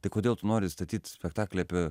tai kodėl tu nori statyt spektaklį apie